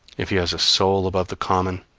if he has a soul above the common,